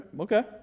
Okay